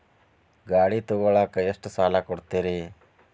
ಗಾಡಿ ತಗೋಳಾಕ್ ಎಷ್ಟ ಸಾಲ ಕೊಡ್ತೇರಿ?